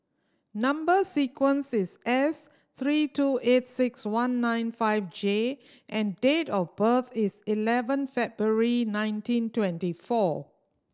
number sequence is S three two eight six one nine five J and date of birth is eleven February nineteen twenty four